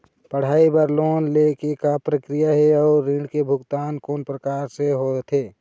पढ़ई बर लोन ले के का प्रक्रिया हे, अउ ऋण के भुगतान कोन प्रकार से होथे?